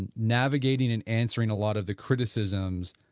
and navigating and answering a lot of the criticisms,